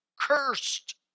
cursed